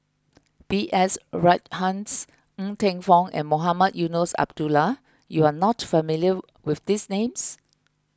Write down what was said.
B S Rajhans Ng Teng Fong and Mohamed Eunos Abdullah you are not familiar with these names